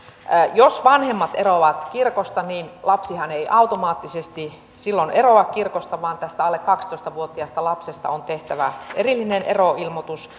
jos vanhemmat eroavat kirkosta niin lapsihan ei automaattisesti silloin eroa kirkosta vaan alle kaksitoista vuotiaasta lapsesta on tehtävä erillinen eroilmoitus